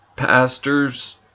Pastors